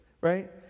right